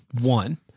one